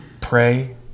Pray